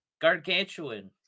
gargantuan